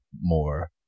more